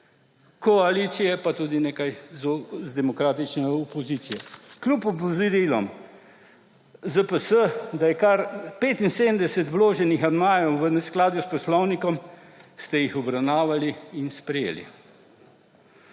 koalicije, pa tudi nekaj z demokratične opozicije. Kljub opozorilom ZPS, da je kar 75 vloženih amandmajev v neskladju s poslovnikom, ste jih obravnavali in sprejeli.